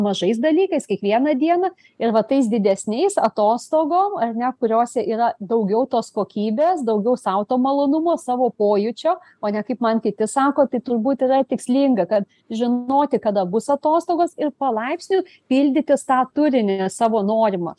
mažais dalykais kiekvieną dieną ir va tais didesniais atostogom ar ne kuriose yra daugiau tos kokybės daugiau sau to malonumo savo pojūčio o ne kaip man kiti sako tai turbūt yra tikslinga kad žinoti kada bus atostogos ir palaipsniui pildytis tą turinį savo norimą